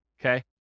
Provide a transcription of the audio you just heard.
okay